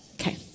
Okay